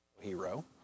Hero